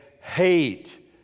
hate